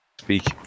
speak